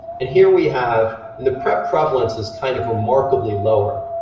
and here we have, the prep prevalence is kind of remarkably lower,